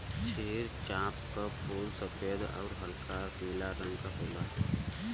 क्षीर चंपा क फूल सफेद आउर हल्का पीला रंग क होला